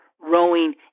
rowing